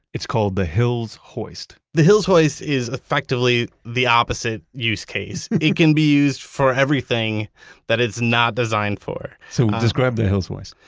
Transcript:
it's called the hills hoist the hills hoist is effectively the opposite use case. it can be used for everything that it's not designed for so describe the hills hoist.